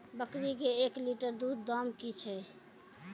बकरी के एक लिटर दूध दाम कि छ?